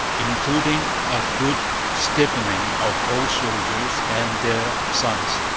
including a good stiffening of old soldiers and their sons.